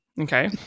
Okay